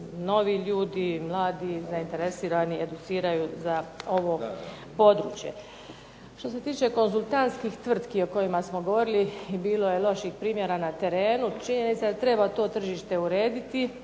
novi ljudi mladi zainteresirani educiraju za ovo područje. Što se tiče konzultantskih tvrtki o kojima smo govorili, bilo je loših primjera na terenu, činjenica je da treba to tržište urediti,